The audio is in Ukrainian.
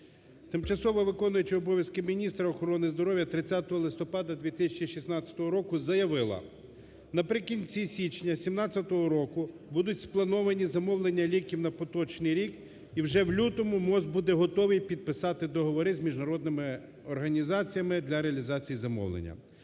Тимчасово виконуюча обов'язки міністра охорони здоров'я 30 листопада 2016 року заявила: наприкінці січня 17-го року буде сплановано замовлення ліків на поточний рік. І вже в лютому МОЗ буде готовий підписати договори з міжнародними організаціями для реалізації замовлення.